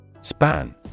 SPAN